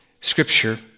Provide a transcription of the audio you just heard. Scripture